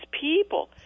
people